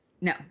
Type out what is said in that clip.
No